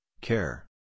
care